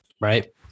Right